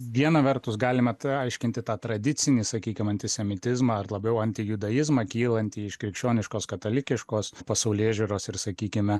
viena vertus galime aiškinti tą tradicinį sakykim antisemitizmą ar labiau antijudaizmą kylantį iš krikščioniškos katalikiškos pasaulėžiūros ir sakykime